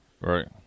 Right